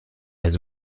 his